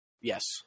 Yes